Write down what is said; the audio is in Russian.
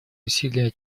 усилия